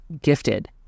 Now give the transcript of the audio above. gifted